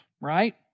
right